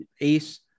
ace